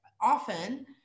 often